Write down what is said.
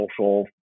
social